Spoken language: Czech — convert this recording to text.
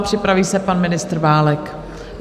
Připraví se pan ministr Válek.